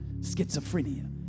schizophrenia